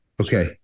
Okay